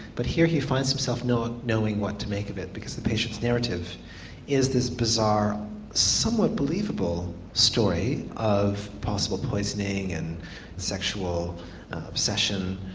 but here he finds himself not knowing what to make of it because the patient's narrative is this bizarre somewhat believable story of possible poisoning and sexual obsession,